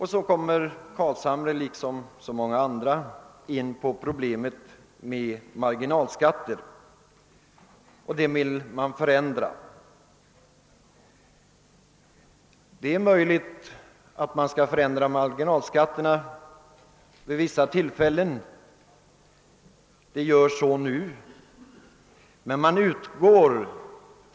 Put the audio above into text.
Herr Carlshamre liksom många andra har tagit upp problemet med marginalskatterna och vill förändra dem. Det är möjligt att man bör förändra marginalskatterna vid vissa tillfällen, och det görs nu.